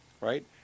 right